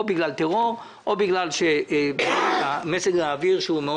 או בגלל טרור או בגלל מזג האוויר הקשה.